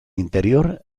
interior